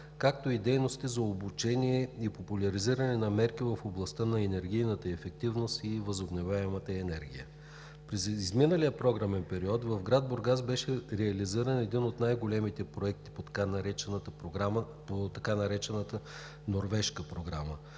както и дейности за обучение и популяризиране на мерките в областта на енергийната ефективност и възобновяемата енергия. През изминалия програмен период в град Бургас беше реализиран най-големият проект по така наречената Норвежка програма.